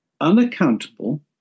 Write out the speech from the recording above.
unaccountable